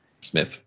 Smith